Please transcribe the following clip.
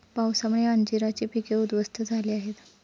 पावसामुळे अंजीराची पिके उध्वस्त झाली आहेत